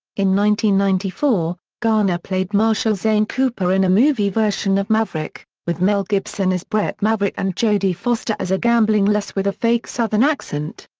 ninety ninety four, garner played marshal zane cooper in a movie version of maverick, with mel gibson as bret maverick and jodie foster as a gambling lass with a fake southern accent.